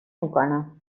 میکنم